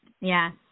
Yes